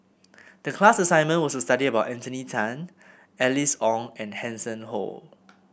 the class assignment was to study about Anthony Then Alice Ong and Hanson Ho